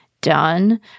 done